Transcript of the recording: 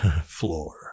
floor